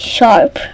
Sharp